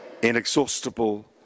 inexhaustible